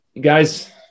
guys